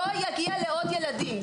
לא יגיע לעוד ילדים.